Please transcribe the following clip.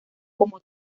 como